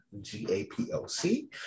G-A-P-O-C